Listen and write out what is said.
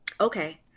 Okay